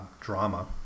drama